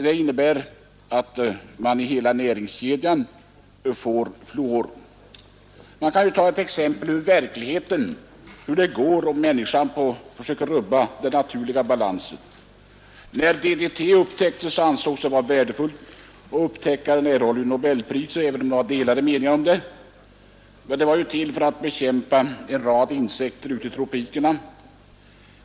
Det innebär att det kommer in fluor i hela näringskedjan. Det finns exempel ur verkligheten på hur det går när människan försöker rubba den naturliga balansen. När DDT upptäcktes, ansågs det vara värdefullt. Upptäckaren fick nobelpris, även om det var delade meningar om det berättigade i detta. Medlet kom till för att bekämpa insekter i tropikerna.